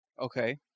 Okay